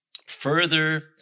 further